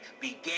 began